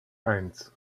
eins